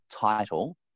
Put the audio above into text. title